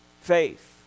faith